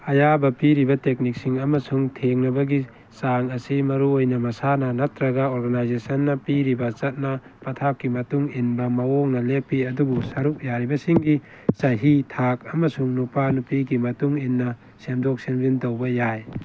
ꯑꯌꯥꯕ ꯄꯤꯔꯤꯕ ꯇꯦꯛꯅꯤꯛꯁꯤꯡ ꯑꯃꯁꯨꯡ ꯊꯦꯡꯅꯕꯒꯤ ꯆꯥꯡ ꯑꯁꯤ ꯃꯔꯨ ꯑꯣꯏꯅ ꯃꯁꯥꯅ ꯅꯠꯇ꯭ꯔꯒ ꯑꯣꯔꯒꯅꯥꯏꯖꯦꯁꯟꯅ ꯄꯤꯔꯤꯕ ꯆꯠꯅ ꯄꯊꯥꯞꯀꯤ ꯃꯇꯨꯡ ꯏꯟꯕ ꯃꯑꯣꯡꯅ ꯂꯦꯞꯄꯤ ꯑꯗꯨꯕꯨ ꯁꯔꯨꯛ ꯌꯥꯔꯤꯕꯁꯤꯡꯒꯤ ꯆꯍꯤ ꯊꯥꯛ ꯑꯃꯁꯨꯡ ꯅꯨꯄꯥ ꯅꯨꯄꯤꯒꯤ ꯃꯇꯨꯡ ꯏꯟꯅ ꯁꯦꯝꯗꯣꯛ ꯁꯦꯝꯖꯤꯟ ꯇꯧꯕ ꯌꯥꯏ